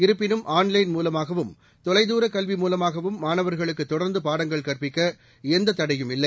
இருப்பினும் ஆன்லைன் மூவமாகவும் தொலைதூர கல்வி மூவமாகவும் மாணவர்களுக்கு தொடர்ந்து பாடங்கள் கற்பிக்க எந்த தடையும் இல்லை